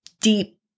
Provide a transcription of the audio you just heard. deep